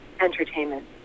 entertainment